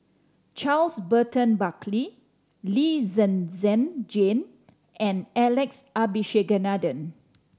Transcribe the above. Charles Burton Buckley Lee Zhen Zhen Jane and Alex Abisheganaden